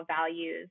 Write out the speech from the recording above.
values